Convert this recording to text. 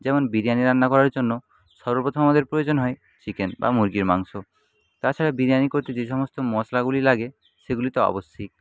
যেমন বিরিয়ানি রান্না করার জন্য সর্বপ্রথম আমাদের প্রয়োজন হয় চিকেন বা মুরগির মাংস তাছাড়া বিরিয়ানি করতে যে সমস্ত মশলাগুলি লাগে সেগুলি তো আবশ্যিক